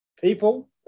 people